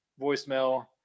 voicemail